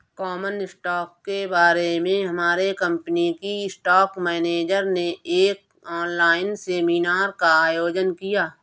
common stock के बारे में हमारे कंपनी के स्टॉक मेनेजर ने एक ऑनलाइन सेमीनार का आयोजन किया